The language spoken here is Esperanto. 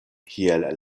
kiel